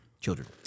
Children